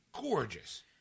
gorgeous